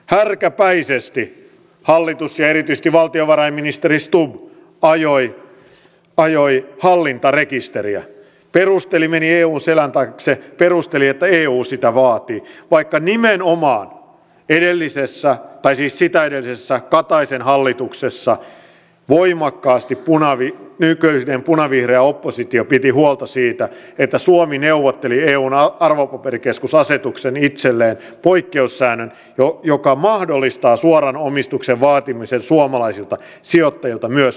härkäpäisesti hallitus ja erityisesti valtiovarainministeri stubb ajoi hallintarekisteriä meni eun selän taakse perusteli että eu sitä vaati vaikka nimenomaan edellisessä tai siis sitä edellisessä kataisen hallituksessa voimakkaasti nykyinen punavihreä oppositio piti huolta siitä että suomi neuvotteli eun arvopaperikeskusasetukseen itselleen poikkeussäännön joka mahdollistaa suoran omistuksen vaatimisen suomalaisilta sijoittajilta myös tulevaisuudessa